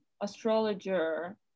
astrologer